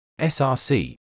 src